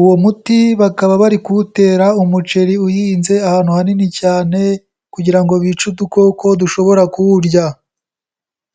uwo muti bakaba bari kuwutera umuceri uhinze ahantu hanini cyane kugira ngo bice udukoko dushobora kuwurya.